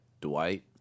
Dwight